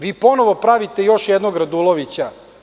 Vi ponovo pravite još jednog Radulovića.